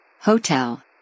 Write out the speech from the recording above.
Hotel